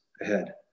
ahead